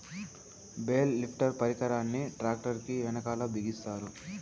bale lifter పరికరాన్ని tractor కీ వెనకాల బిగిస్తారు